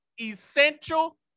essential